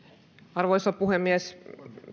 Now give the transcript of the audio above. arvoisa puhemies